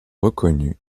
reconnus